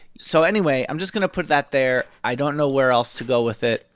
so anyway, i'm just going to put that there. i don't know where else to go with it,